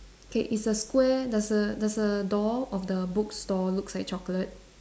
okay is a square does the does the door of the bookstore looks like chocolate